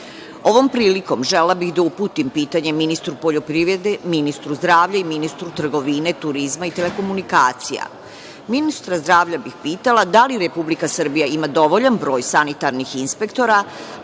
prilikom želela bih da uputim pitanje ministru poljoprivrede, ministru zdravlja i ministru trgovine, turizma i telekomunikacija. Ministra zdravlja bih pitala - da li Republika Srbija ima dovoljan broj sanitarnih inspektora,